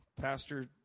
Pastor